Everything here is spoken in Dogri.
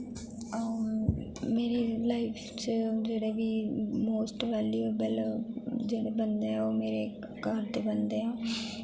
मेरी लाइफ च जेह्ड़े बी मोस्ट वैल्युएबल जेह्ड़े बंदे आ ओ मेरे घर दे बंदे आ